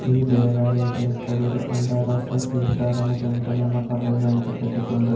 ഈ ദേവാലയത്തിന് ഇപ്പോൾ ഒരു അന്താരാഷ്ട്ര തീർത്ഥാടന കേന്ദ്രമെന്ന പദവി നല്കപ്പെട്ടിട്ടുണ്ട്